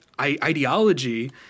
ideology